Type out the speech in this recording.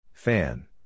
Fan